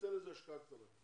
תתן איזו השקעה קטנה.